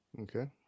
Okay